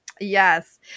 Yes